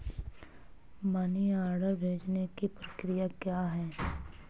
Money order भेजने की प्रक्रिया क्या है?